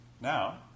Now